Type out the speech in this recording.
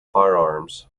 firearms